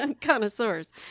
connoisseurs